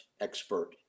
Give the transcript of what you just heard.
expert